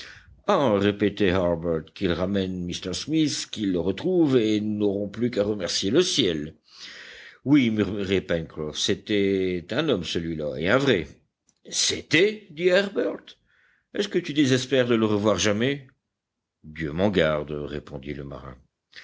harbert qu'ils ramènent m smith qu'ils le retrouvent et nous n'aurons plus qu'à remercier le ciel oui murmurait pencroff c'était un homme celui-là et un vrai c'était dit harbert est-ce que tu désespères de le revoir jamais dieu m'en garde répondit le marin